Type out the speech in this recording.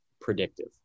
predictive